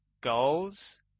goals